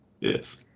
Yes